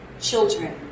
children